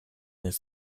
his